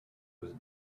was